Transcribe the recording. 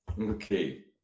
Okay